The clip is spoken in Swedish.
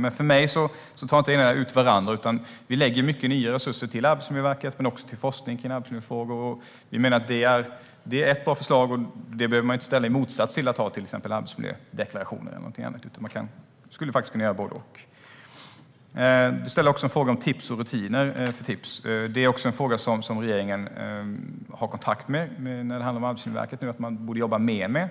Men för mig tar det ena inte ut det andra. Vi lägger mycket nya resurser på Arbetsmiljöverket men också på forskning om arbetsmiljöfrågor. Vi menar att det är ett bra förslag, och det behöver man inte ställa i motsats till att ha till exempel arbetsmiljödeklarationer eller någonting annat. Man skulle kunna göra både och. Désirée Pethrus ställde också en fråga om tips och rutiner för tips. Det är också en fråga som regeringen har kontakt med Arbetsmiljöverket om att man borde jobba mer med.